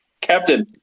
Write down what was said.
Captain